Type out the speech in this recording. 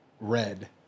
red